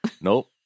Nope